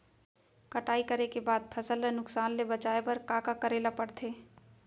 कटाई करे के बाद फसल ल नुकसान ले बचाये बर का का करे ल पड़थे?